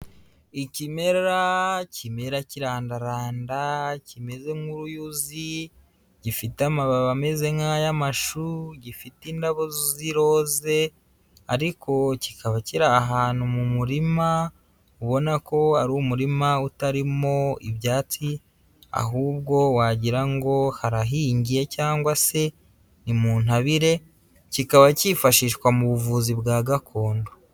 Ikimera kimera kirandaranda kimeze nk'uruyuzi, gifite amababi ameze nk'ay'amashu, gifite indabo z'iroze ariko kikaba kiri ahantu mu murima, ubona ko ari umurima utarimo ibyatsi, ahubwo wagira ngo harahingiye cyangwa se ni mutabire, kikaba kifashishwa mu buvuzi bwa gakondo.